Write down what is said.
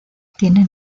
tiene